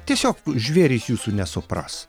tiesiog žvėrys jūsų nesupras